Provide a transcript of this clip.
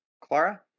Clara